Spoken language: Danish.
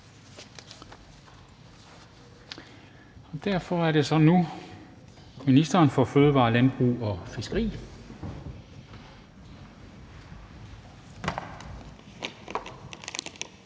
Derfor er det nu ministeren for fødevarer, landbrug og fiskeri.